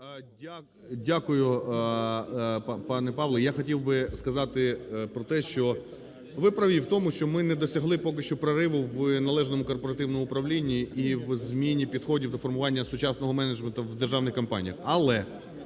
Дякую, пане Павло! Я хотів би сказати про те, що ви праві в тому, що ми не досягли поки що прориву в належному корпоративному управлінні і в зміні підходів до формування сучасного менеджменту в державних компаніях. Але